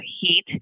heat